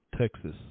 Texas